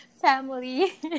family